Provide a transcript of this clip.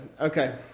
Okay